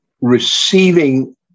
receiving